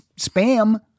spam